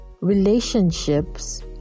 relationships